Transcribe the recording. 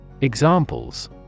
Examples